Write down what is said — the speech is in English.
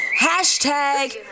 hashtag